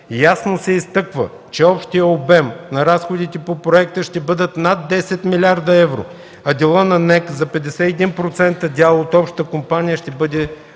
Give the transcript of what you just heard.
Ясно се изтъква, че общият обем на разходите по проекта ще бъдат над 10 млрд. евро, а делът на НЕК за 51% дял от общата компания ще бъде